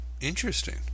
Interesting